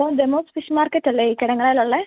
law ഡെമോസ് fish market അല്ലേ ഈ കിടങ്ങറയിൽ ഉള്ളത്